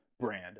brand